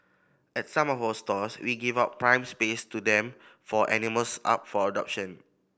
at some of our stores we give out prime space to them for animals up for adoption